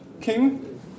King